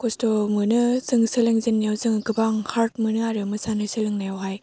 खस्थ' मोनो जों सोलोंजेननायाव जों गोबां हार्द मोनो आरो मोसानो सोलोंनायावहाय